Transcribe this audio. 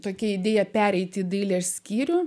tokia idėja pereiti į dailės skyrių